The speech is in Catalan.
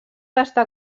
estar